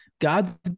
God's